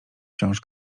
książ